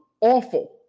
awful